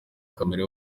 kamere